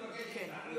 יישובים ערביים.